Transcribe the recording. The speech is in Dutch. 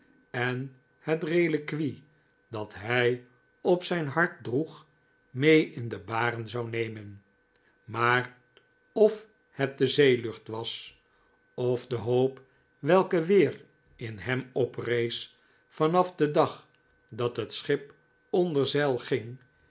en het reliquie dat hij op zijn hart droeg mee in de baren zou nemen maar of het de zeelucht was of de hoop welke weer in hem oprees van af den dag dat het schip onder zeil ging